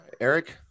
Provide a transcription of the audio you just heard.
Eric